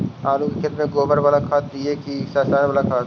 आलू के खेत में गोबर बाला खाद दियै की रसायन बाला खाद?